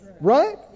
right